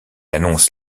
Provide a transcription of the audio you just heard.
annonce